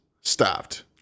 stopped